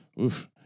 Oof